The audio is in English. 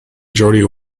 majority